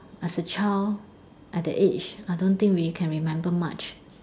as a child at the age I don't think we can remember much